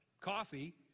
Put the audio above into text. coffee